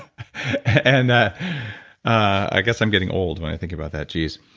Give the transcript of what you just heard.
and i i guess i'm getting old when i think about that, geez.